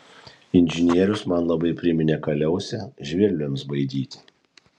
inžinierius man labai priminė kaliausę žvirbliams baidyti